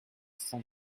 cent